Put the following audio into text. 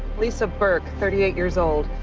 lisa burke, thirty eight years old.